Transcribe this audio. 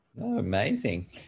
Amazing